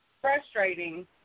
frustrating